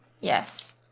yes